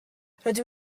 rydw